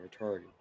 retarded